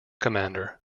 commander